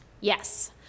yes